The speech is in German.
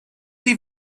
sie